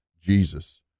Jesus